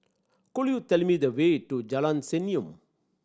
could you tell me the way to Jalan Senyum